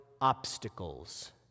obstacles